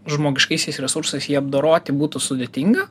žmogiškaisiais resursais jį apdoroti būtų sudėtinga